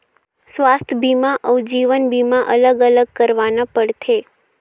स्वास्थ बीमा अउ जीवन बीमा अलग अलग करवाना पड़थे?